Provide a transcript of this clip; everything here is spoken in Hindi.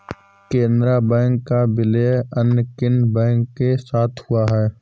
केनरा बैंक का विलय अन्य किन बैंक के साथ हुआ है?